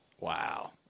Wow